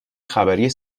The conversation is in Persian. خبری